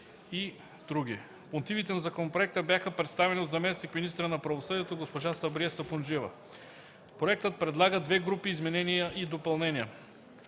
и други. Мотивите на законопроекта бяха представени от заместник – министърa на правосъдието госпожа Сабрие Сапунджиева. Проектът предлага две групи изменения и допълнения: